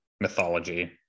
mythology